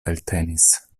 eltenis